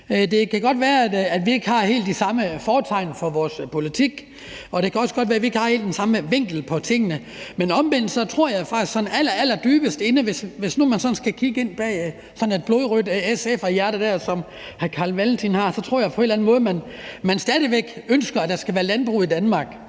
Det kan godt være, at vi ikke har helt de samme fortegn på vores politik, og det kan også godt være, at vi ikke har helt den samme vinkel på tingene, men omvendt tror jeg faktisk, at SF – hvis man kigger sådan allerallerdybest inde bag sådan et blodrødt SF-hjerte, som hr. Carl Valentin har – på en eller anden måde stadig væk ønsker, at der skal være landbrug i Danmark.